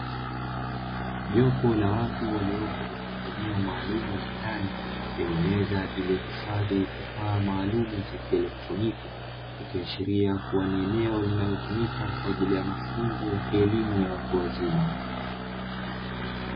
Jopo la watu waliopo katika eneo maalumu la ndani, lenye meza iliyohifadhi kifaa maalumu cha kielektroniki, ikiashiria kuwa ni eneo linalotumika kwa ajili ya mafunzo ya kielimu ya watu wazima.